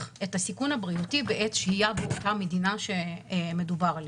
את הסיכון הבריאותי בעת שהייה באותה מדינה שמדובר עליה,